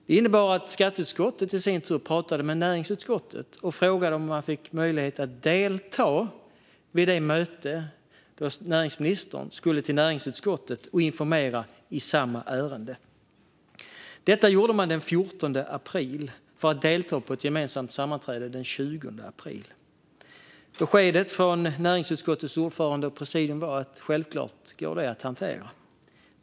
Det innebar att skatteutskottet i sin tur pratade med näringsutskottet och frågade om man fick möjlighet att delta i det möte då näringsministern skulle till näringsutskottet och informera i samma ärende. Detta gjorde man den 14 april, för att kunna delta i ett gemensamt sammanträde den 20 april. Beskedet från näringsutskottets ordförande och presidium var: Självklart går detta att hantera.